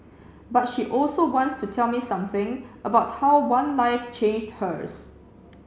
but she also wants to tell me something about how one life changed hers